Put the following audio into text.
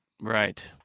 Right